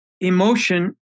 emotion